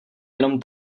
jenom